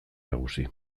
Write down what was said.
nagusi